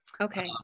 Okay